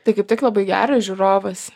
tai kaip tik labai geras žiūrovas